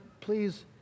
please